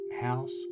house